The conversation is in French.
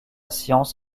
science